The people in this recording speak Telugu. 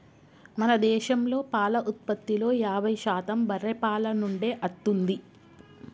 మన దేశంలో పాల ఉత్పత్తిలో యాభై శాతం బర్రే పాల నుండే అత్తుంది